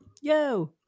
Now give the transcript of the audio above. Yo